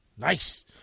Nice